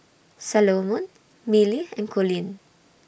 Salomon Millie and Coleen